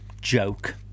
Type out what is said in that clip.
joke